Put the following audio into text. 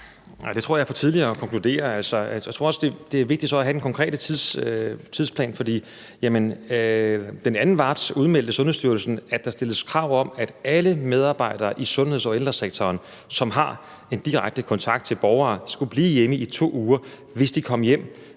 det tror jeg er for tidligt at konkludere, og jeg tror også, at det så er vigtigt at have den konkrete tidsplan. Fra den 2. marts udmeldte Sundhedsstyrelsen, at der stilles krav om, at alle medarbejdere i sundheds- og ældresektoren, som har en direkte kontakt til borgere, skulle blive hjemme i 2 uger, hvis de kommer hjem